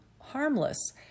harmless